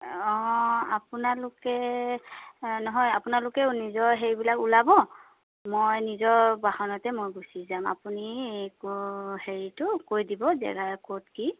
অঁ আপোনালোকে নহয় আপোনালোকেও নিজৰ হেৰিবিলাক ওলাব মই নিজৰ বাহনতে মই গুচি যাম আপুনি একো হেৰিতো কৈ দিব যে জেগা ক'ত কি